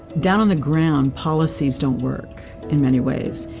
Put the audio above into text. down on the ground policies don't work in many ways,